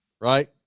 right